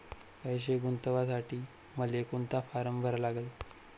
पैसे गुंतवासाठी मले कोंता फारम भरा लागन?